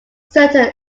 certain